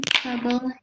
trouble